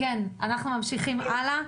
אנחנו ממשיכים הלאה.